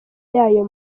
yayo